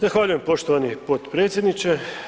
Zahvaljujem poštovani potpredsjedniče.